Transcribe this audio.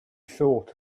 thought